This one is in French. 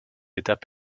étape